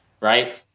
Right